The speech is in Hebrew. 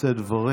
לשאת דברים.